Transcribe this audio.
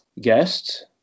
guests